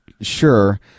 Sure